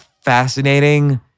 fascinating